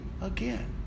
again